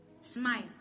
Smile